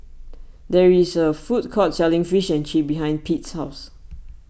there is a food court selling Fish and Chips behind Pete's house